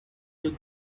took